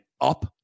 up